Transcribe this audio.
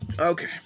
Okay